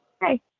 Hey